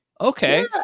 Okay